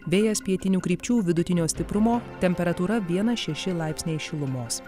vėjas pietinių krypčių vidutinio stiprumo temperatūra vienas šeši laipsniai šilumos